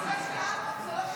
אם כך,